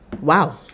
Wow